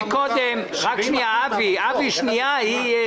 קודם הגנת על העניין של משרד התחבורה והבנתי